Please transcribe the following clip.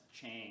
change